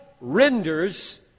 renders